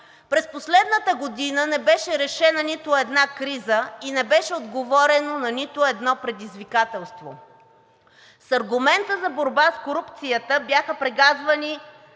През последната година не беше решена нито една криза и не беше отговорено на нито едно предизвикателство. С аргумента за борба с корупцията бяха прегазвани